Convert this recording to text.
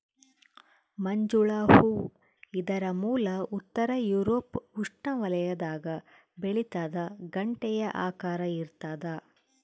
ಮಂಜುಳ ಹೂ ಇದರ ಮೂಲ ಉತ್ತರ ಯೂರೋಪ್ ಉಷ್ಣವಲಯದಾಗ ಬೆಳಿತಾದ ಗಂಟೆಯ ಆಕಾರ ಇರ್ತಾದ